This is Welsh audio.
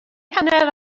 hanner